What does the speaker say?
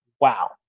Wow